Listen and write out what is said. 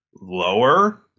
lower